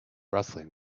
rustling